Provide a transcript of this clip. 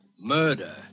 Murder